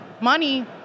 money